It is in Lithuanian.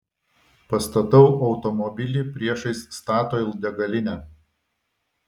pastatau automobilį priešais statoil degalinę